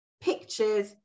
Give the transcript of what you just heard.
pictures